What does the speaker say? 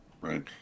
right